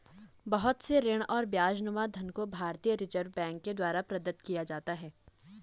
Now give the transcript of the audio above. बहुत से ऋण और ब्याजनुमा धन को भारतीय रिजर्ब बैंक के द्वारा प्रदत्त किया जाता है